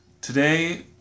Today